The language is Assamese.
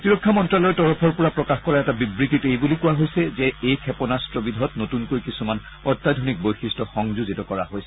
প্ৰতিৰক্ষা মন্ত্ৰালয়ৰ তৰফৰ পৰা প্ৰকাশ কৰা এটা বিবৃতিত এই বুলি কোৱা হৈছে যে এই ক্ষেপণাস্ত্ৰবিধত নতুনকৈ কিছুমান অত্যাধুনিক বৈশিষ্ট্য সংযোজিত কৰা হৈছে